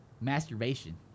masturbation